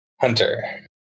Hunter